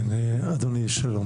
כן אדוני, שלום.